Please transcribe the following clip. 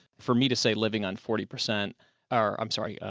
for me to say, living on forty percent or i'm sorry, ah,